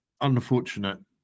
unfortunate